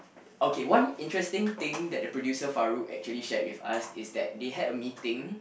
okay one interesting thing that the producer Farooq actually shared with us is that they had a meeting